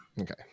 Okay